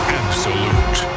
absolute